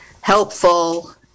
helpful